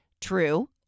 True